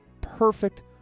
perfect